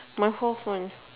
my forth one